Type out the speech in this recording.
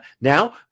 now